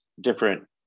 different